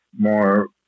more